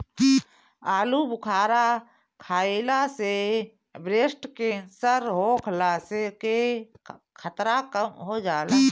आलूबुखारा खइला से ब्रेस्ट केंसर होखला के खतरा कम हो जाला